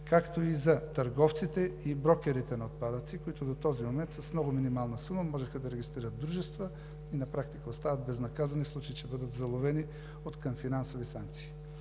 както и за търговците и брокерите на отпадъци, които до този момент с много минимална сума можеха да регистрират дружества и на практика остават безнаказани откъм финансови санкции,